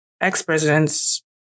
ex-presidents